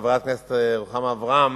חברת הכנסת רוחמה אברהם,